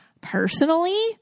Personally